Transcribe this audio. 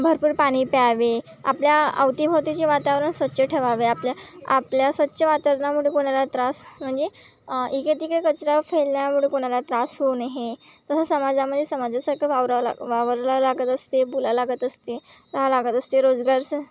भरपूर पाणी प्यावे आपल्या अवतीभवतीचे वातावरण स्वच्छ ठेवावे आपल्या आपल्या स्वच्छ वातावरणामुळे कोणाला त्रास म्हणजे इकडेतिकडे कचरा फेकल्यामुळे कोणाला त्रास होऊ नये तसंच समाजामध्ये समाजासारखं वावर लाग वावरला लागत असते बोलायला लागत असते लहा लागत असते रोजगारसं